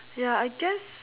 ya I guess